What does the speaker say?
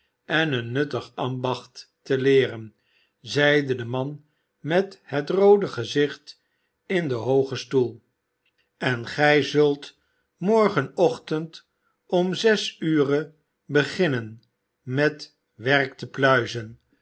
en een nuttig ambacht te leeren zeide de man met het roode gezicht in den hoogen stoel en gij zult morgenochtend om zes ure beginnen met werk te pluizen